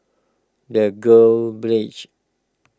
the Girls Brigade